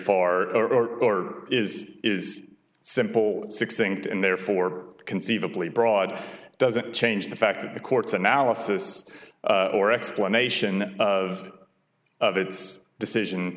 far or is is simple succinct and therefore conceivably broad doesn't change the fact that the court's analysis or explanation of its decision